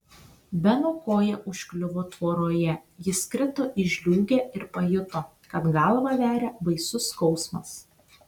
beno koja užkliuvo tvoroje jis krito į žliūgę ir pajuto kad galvą veria baisus skausmas